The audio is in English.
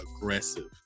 aggressive